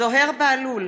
זוהיר בהלול,